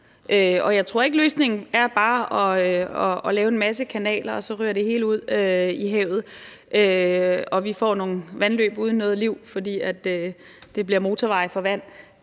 jeg tror ikke, at løsningen bare er at lave en masse kanaler, og at det hele så ryger ud i havet, og at vi får nogle vandløb uden noget liv, fordi de bliver til motorveje for vand.